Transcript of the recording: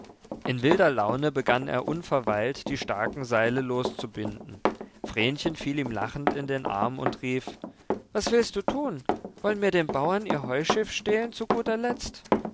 in wilder laune begann er unverweilt die starken seile loszubinden vrenchen fiel ihm lachend in den arm und rief was willst du tun wollen mir den bauern ihr heuschiff stehlen zu guter letzt